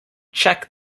check